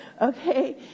okay